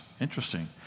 Interesting